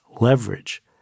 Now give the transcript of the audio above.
leverage